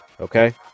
Okay